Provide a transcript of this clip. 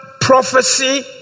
prophecy